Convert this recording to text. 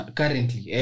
currently